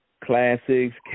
Classics